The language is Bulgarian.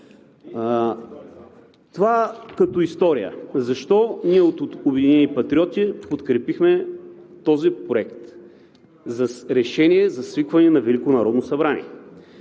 Това е като история. Защо ние от „Обединени патриоти“ подкрепихме този проект на решение за свикване на